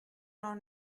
noch